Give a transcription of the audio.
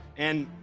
and